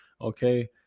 Okay